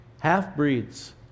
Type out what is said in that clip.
half-breeds